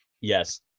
Yes